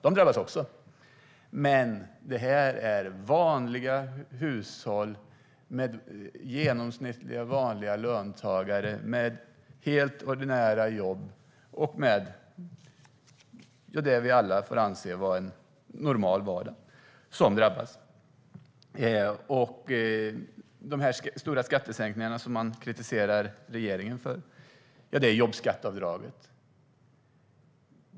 De drabbas också, men även vanliga hushåll med genomsnittliga löntagare som har helt ordinära jobb och det vi alla anser vara en normal vardag drabbas. De stora skattesänkningar som regeringen kritiserar är jobbskatteavdraget.